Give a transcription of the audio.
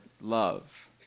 love